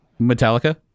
Metallica